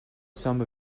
some